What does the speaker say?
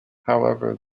however